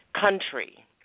country